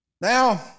Now